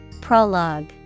Prologue